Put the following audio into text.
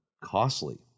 costly